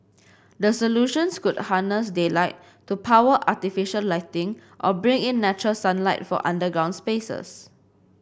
the solutions could harness daylight to power artificial lighting or bring in natural sunlight for underground spaces